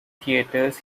theatres